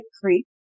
Creek